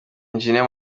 engineer